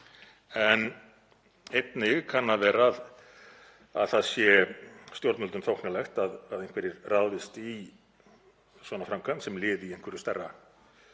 en einnig kann að vera að það sé stjórnvöldum þóknanlegt að einhverjir ráðist í svona framkvæmd sem lið í einhverju stærra